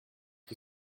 qui